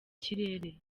kirere